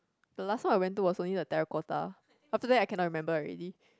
the last one I went to was only the Terracotta after that I cannot remember already